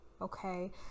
Okay